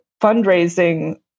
fundraising